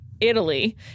Italy